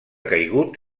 caigut